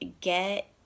get